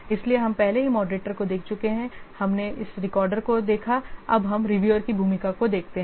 इसलिए हम पहले ही मॉडरेटर को देख चुके हैं हमने इस रिकॉर्डर को दिखा अब हम रिव्यूअर की भूमिका को देखते है